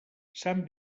sant